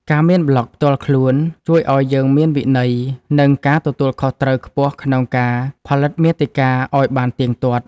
ការមានប្លក់ផ្ទាល់ខ្លួនជួយឱ្យយើងមានវិន័យ និងការទទួលខុសត្រូវខ្ពស់ក្នុងការផលិតមាតិកាឱ្យបានទៀងទាត់។